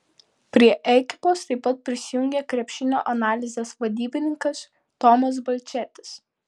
prie ekipos taip pat prisijungė krepšinio analizės vadybininkas tomas balčėtis